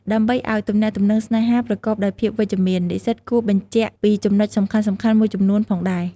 ដើម្បីឱ្យទំនាក់ទំនងស្នេហាប្រកបដោយភាពវិជ្ជមាន និស្សិតគួរបញ្ជាក់ពីចំណុចសំខាន់ៗមួយចំនួនផងដែរ។